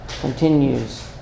continues